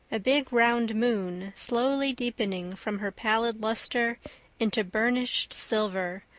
a big round moon, slowly deepening from her pallid luster into burnished silver,